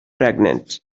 pregnant